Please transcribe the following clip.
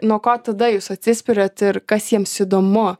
nuo ko tada jūs atsispiriat ir kas jiems įdomu